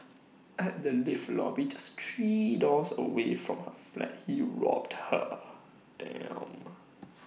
at the lift lobby just three doors away from her flat he robbed her